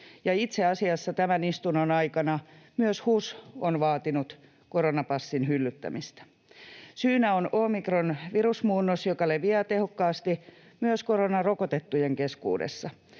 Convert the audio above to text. itse asiassa tämän istunnon aikana myös HUS on vaatinut koronapassin hyllyttämistä. Syynä on omikronvirusmuunnos, joka leviää tehokkaasti myös koronarokotettujen keskuudessa.